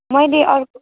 मैले अर्को